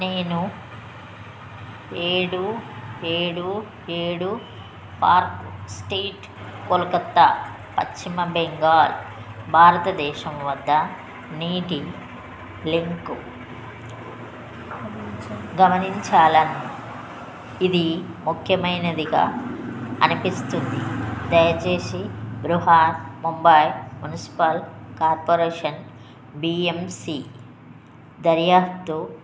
నేను ఏడు ఏడు ఏడు పార్క్ స్ట్రీట్ కోల్కత్తా పశ్చిమ బెంగాల్ భారతదేశం వద్ద నీటి లింకును గమనించాను ఇది ముఖ్యమైనదిగా అనిపిస్తుంది దయచేసి Brihanmumbai municipal corporation BMC దర్యాప్తు